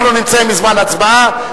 אנחנו נמצאים בזמן הצבעה,